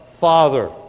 Father